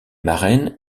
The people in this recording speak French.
marraine